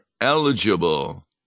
eligible